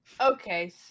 Okay